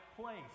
place